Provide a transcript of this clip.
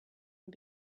and